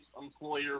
employer